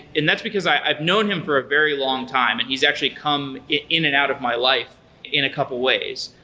and that's because i've known him for a very longtime, and he's actually come in and out of my life in a couple of ways.